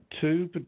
Two